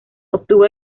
obtuvo